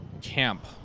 Camp